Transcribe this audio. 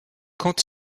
quand